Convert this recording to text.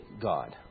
God